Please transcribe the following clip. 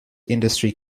industry